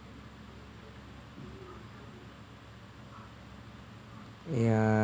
ya